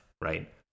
right